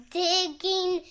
digging